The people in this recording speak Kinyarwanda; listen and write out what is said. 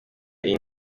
iyi